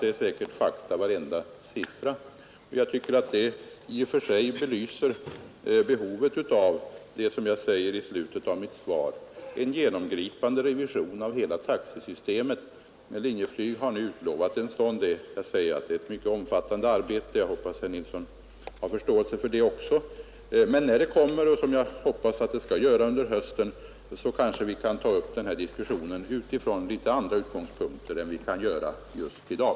Alla siffror är säkert fakta, och jag tycker att det i och för sig belyser behovet av det som jag talar om i slutet av mitt svar, en genomgripande revision av hela taxesystemet. Men Linjeflyg har nu utlovat en sådan. Jag säger att det är ett mycket omfattande arbete. Jag hoppas att herr Nilsson har förståelse för det också. Men när utredningsresultatet föreligger — jag hoppas att det skall föreligga under hösten — kanske vi kan ta upp den här diskussionen utifrån litet andra utgångspunkter än vi kan göra just i dag.